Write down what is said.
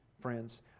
friends